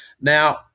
Now